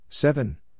seven